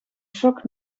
shock